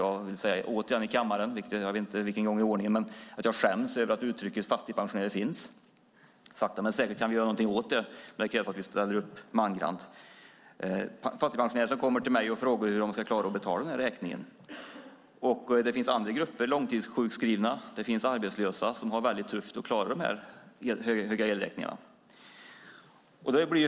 Jag vet inte för vilken gång i ordningen jag måste säga att jag skäms över att uttrycket fattigpensionär finns. Sakta men säkert kan vi göra någonting åt det, men det kräver att vi ställer upp mangrant. Fattigpensionärer kommer till mig och frågar hur de ska klara av att betala sin elräkning. Det finns också andra grupper, såsom långtidssjukskrivna och arbetslösa, som har det tufft och svårt att klara av att betala de höga elräkningarna.